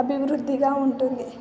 అభివృద్ధిగా ఉంటుంది